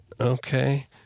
Okay